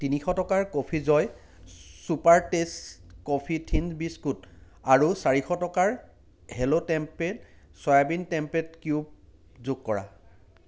তিনিশ টকাৰ coffee Joy super taste coffee thins biscuit আৰু চাৰিশ টকাৰ hello tempeh' soybean tempeh' cube যোগ কৰা